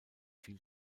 viel